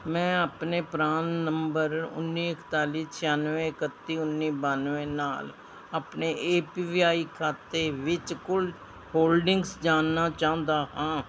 ਮੈਂ ਆਪਣੇ PRAN number ਉੱਨੀ ਇਕਤਾਲੀ ਛਿਆਨਵੇਂ ਇਕੱਤੀ ਉੱਨੀ ਬਾਨਵੇਂ ਨਾਲ ਆਪਣੇ ਏ ਪੀ ਵਾਈ ਖਾਤੇ ਵਿੱਚ ਕੁੱਲ ਹੋਲਡਿੰਗਜ਼ ਜਾਣਨਾ ਚਾਹੁੰਦਾ ਹਾਂ